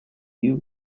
you